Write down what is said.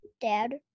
dad